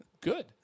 good